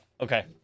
okay